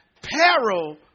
peril